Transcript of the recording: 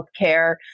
healthcare